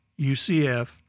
UCF